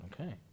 okay